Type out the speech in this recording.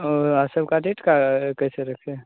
और आ सबका डेट का कैसे रखते हैं